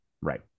right